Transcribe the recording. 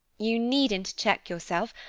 you needn't check yourself,